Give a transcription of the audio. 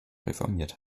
reformiert